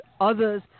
others